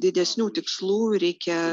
didesnių tikslų reikia